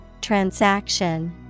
Transaction